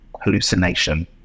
hallucination